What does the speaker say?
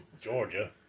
Georgia